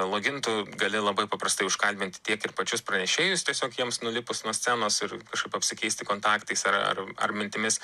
login tu gali labai paprastai užkalbinti tiek ir pačius pranešėjus tiesiog jiems nulipus nuo scenos ir kažkaip apsikeisti kontaktais ar ar ar mintimis